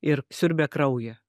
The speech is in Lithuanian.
ir siurbia kraują